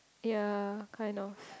yea kind of